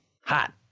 hot